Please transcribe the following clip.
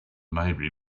maybury